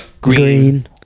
green